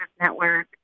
network